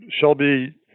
Shelby